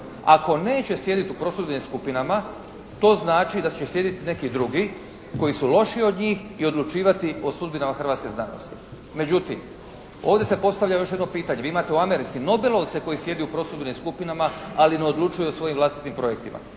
Ako neće sjediti u prosudbenim skupinama to znači da će sjediti neki drugi koji su lošiji od njih i odlučivati o sudbinama hrvatske znanosti. Međutim, ovdje se postavlja još jedno pitanje. Vi imate u Americi nobelovce koji sjede u prosudbenim skupinama, ali ne odlučuju o svojim vlastitim projektima.